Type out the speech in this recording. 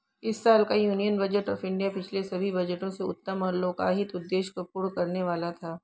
इस साल का यूनियन बजट ऑफ़ इंडिया पिछले सभी बजट से उत्तम और लोकहित उद्देश्य को पूर्ण करने वाला था